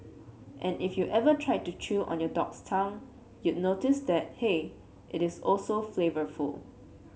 and if you ever tried to chew on your dog's tongue you'd notice that hey it is also quite flavourful